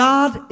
God